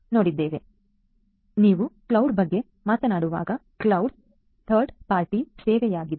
ಆದ್ದರಿಂದ ನೀವು ಕ್ಲೌಡ್ ಬಗ್ಗೆ ಮಾತನಾಡುವಾಗ ಕ್ಲೌಡ್ ಥರ್ಡ್ ಪಾರ್ಟಿ ಸೇವೆಯಾಗಿದೆ